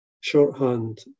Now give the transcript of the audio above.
shorthand